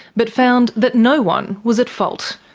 but found that no one was at fault.